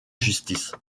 justice